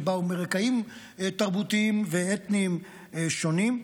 שבאו מרקעים תרבותיים ואתניים שונים,